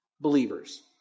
believers